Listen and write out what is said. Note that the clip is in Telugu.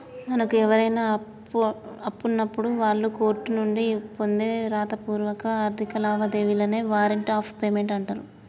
మనకు ఎవరైనా అప్పున్నప్పుడు వాళ్ళు కోర్టు నుండి పొందే రాతపూర్వక ఆర్థిక లావాదేవీలనే వారెంట్ ఆఫ్ పేమెంట్ అంటరు